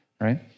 Right